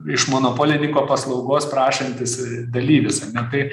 iš monopolininko paslaugos prašantis dalyvis ar ne tai